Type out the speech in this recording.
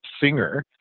singer